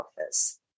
Office